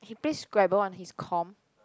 he plays Scrabble on his com